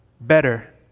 Better